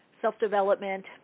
self-development